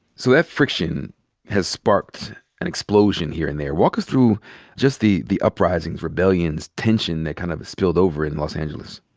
so that friction has sparked an explosion here and there. walk us through just the the uprisings, rebellions, tension that kind of spilled over in los angeles.